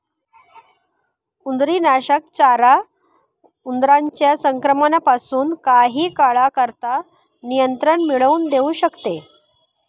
उंदीरनाशक चारा उंदरांच्या संक्रमणापासून काही काळाकरता नियंत्रण मिळवून देऊ शकते